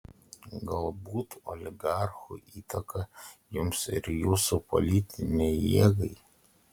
galbūt oligarchų įtaką jums ir jūsų politinei jėgai